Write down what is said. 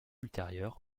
ultérieurs